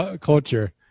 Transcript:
culture